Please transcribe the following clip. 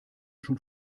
schon